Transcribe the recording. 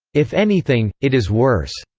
if anything, it is worse.